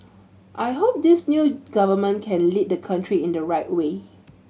I hope this new government can lead the country in the right way